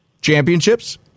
Championships